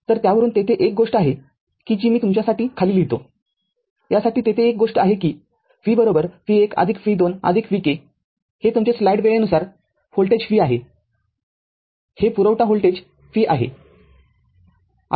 तर त्यावरून तेथे एक गोष्ट आहे की जी मी तुमच्यासाठी खाली लिहितोयासाठी तेथे एक गोष्ट आहे कि v v १ v २ vk हे तुमचे स्लाईड वेळेनुसार व्होल्टेज v आहे हे पुरवठा supply व्होल्टेज v आहे